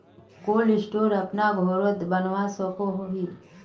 Cold store अपना घोरोत बनवा सकोहो ही?